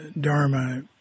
Dharma